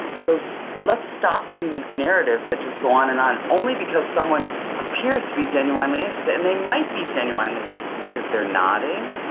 so so let's stop giving these narratives that just go on and on only because someone appears to be genuinely interested and they might be genuinely interested because they're nodding,